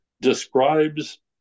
describes